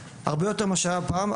הרבה יותר ממה שהיה פעם,